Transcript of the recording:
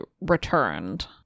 returned